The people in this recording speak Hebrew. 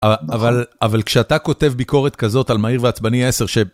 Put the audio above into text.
אבל כשאתה כותב ביקורת כזאת על מהיר ועצבני 10 ש...